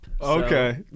Okay